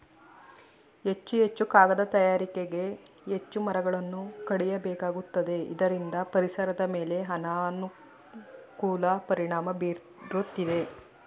ಹೆಚ್ಚು ಹೆಚ್ಚು ಕಾಗದ ತಯಾರಿಕೆಗೆ ಹೆಚ್ಚು ಮರಗಳನ್ನು ಕಡಿಯಬೇಕಾಗುತ್ತದೆ ಇದರಿಂದ ಪರಿಸರದ ಮೇಲೆ ಅನಾನುಕೂಲ ಪರಿಣಾಮ ಬೀರುತ್ತಿದೆ